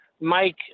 Mike